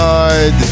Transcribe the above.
God